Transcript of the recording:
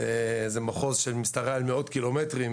זהו מחוז שמשתרע על מאות קילומטרים,